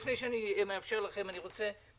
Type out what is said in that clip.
לפני שאאפשר לחברי הכנסת להתייחס,